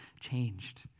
changed